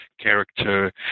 character